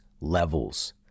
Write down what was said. Levels